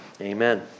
Amen